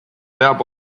peab